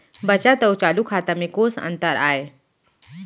बचत अऊ चालू खाता में कोस अंतर आय?